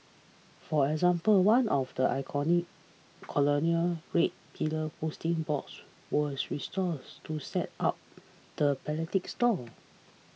for example one of the iconic colonial red pillar posting boxes was restores to set up the philatelic stone